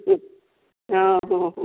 ହ